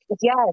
yes